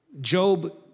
Job